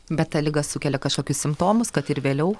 bet ta liga sukelia kažkokius simptomus kad ir vėliau